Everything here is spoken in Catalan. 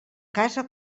casa